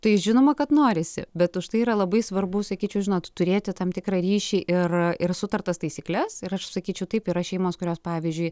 tai žinoma kad norisi bet užtai yra labai svarbu sakyčiau žinot turėti tam tikrą ryšį ir ir sutartas taisykles ir aš sakyčiau taip yra šeimos kurios pavyzdžiui